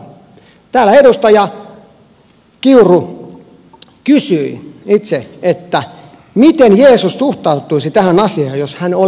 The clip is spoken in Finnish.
täällä edustaja kiuru kysyi itse että miten jeesus suhtautuisi tähän asiaan jos hän olisi täällä